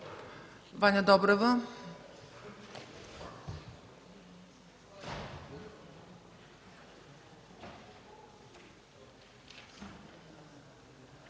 Ваня Добрева.